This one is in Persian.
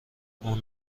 اون